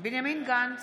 בנימין גנץ,